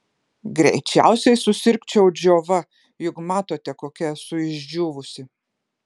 greičiausiai susirgčiau džiova juk matote kokia esu išdžiūvusi